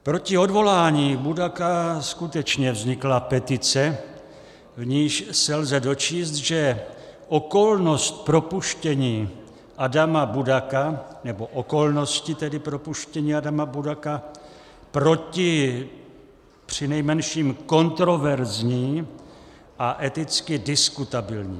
Proti odvolání Budaka skutečně vznikla petice, v níž se lze dočíst, že okolnost propuštění Adama Budaka nebo okolnosti tedy propuštění Adama Budaka proti přinejmenším kontroverzní a eticky diskutabilní.